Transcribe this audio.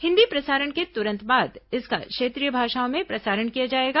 हिन्दी प्रसारण के तुरंत बाद इसका क्षेत्रीय भाषाओं में प्रसारण किया जाएगा